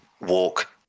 walk